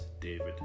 David